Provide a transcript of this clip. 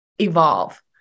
evolve